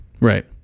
Right